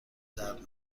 درد